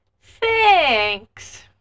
Thanks